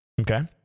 Okay